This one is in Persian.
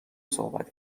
صحبت